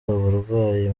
uburwayi